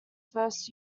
first